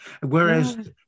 Whereas